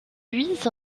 louise